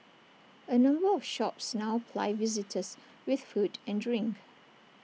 A number of shops now ply visitors with food and drink